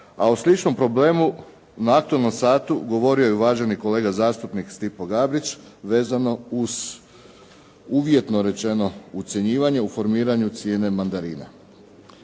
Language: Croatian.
a o sličnom problemu na Aktualnom satu govorio je uvaženi kolega zastupnik Stipo Gabrić vezano uz uvjetno rečeno ucjenjivanje u formiranju cijene mandarina.